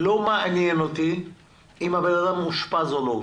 לא מעניין אותי אם האדם מאושפז או לא מאושפז.